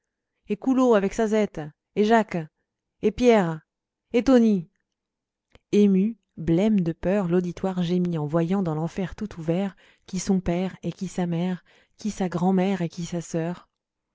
et coulau avec sa zette et jacques et pierre et toni ému blême de peur l'auditoire gémit en voyant dans l'enfer tout ouvert qui son père et qui sa mère qui sa grand'mère et qui sa sœur